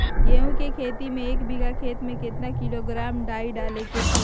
गेहूं के खेती में एक बीघा खेत में केतना किलोग्राम डाई डाले के होई?